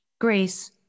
Grace